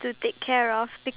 ya